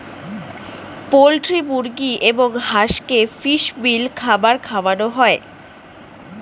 poultry মুরগি এবং হাঁসকে ফিশ মিল খাবার খাওয়ানো হয়